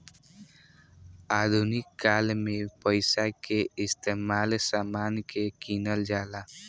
आधुनिक काल में पइसा के इस्तमाल समान के किनल जाला